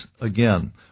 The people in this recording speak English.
again